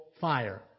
fire